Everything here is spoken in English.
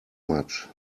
much